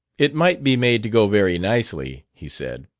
it might be made to go very nicely, he said.